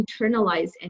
internalize